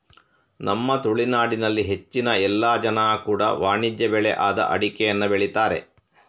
ನಮ್ಮ ತುಳುನಾಡಿನಲ್ಲಿ ಹೆಚ್ಚಿನ ಎಲ್ಲ ಜನ ಕೂಡಾ ವಾಣಿಜ್ಯ ಬೆಳೆ ಆದ ಅಡಿಕೆಯನ್ನ ಬೆಳೀತಾರೆ